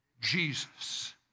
Jesus